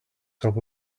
top